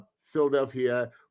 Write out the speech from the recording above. Philadelphia